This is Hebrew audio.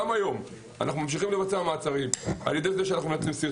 גם היום אנחנו ממשיכים לבצע מעצרים על ידי סרטונים,